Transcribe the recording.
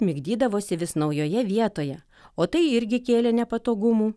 migdydavosi vis naujoje vietoje o tai irgi kėlė nepatogumų